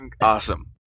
awesome